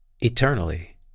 eternally